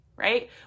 right